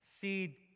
seed